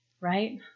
right